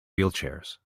wheelchairs